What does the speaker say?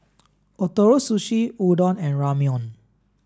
Ootoro Sushi Udon and Ramyeon